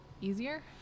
easier